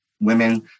Women